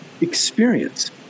experience